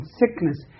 sickness